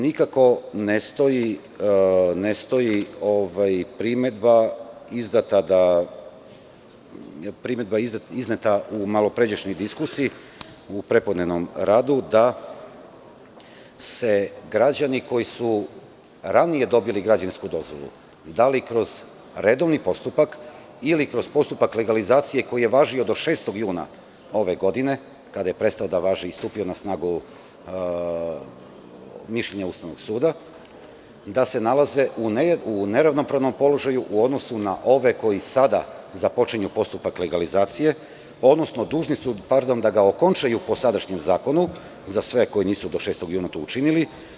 Nikako ne stoji primedba izneta u malopređašnjoj diskusiji, u prepodnevnom radu, da građani koji su ranije dobili građevinsku dozvolu, da li kroz redovni postupak ili kroz postupak legalizacije koji je važio do 6. juna ove godine, kada je prestao da važi i stupio na snagu mišljenje Ustavnog suda, nalaze u neravnopravnom položaju u odnosu na ove koji sada započinju postupak legalizacije, odnosno dužni su da ga okončaju po sadašnjem zakonu, za sve koji nisu do 6. juna to učinili.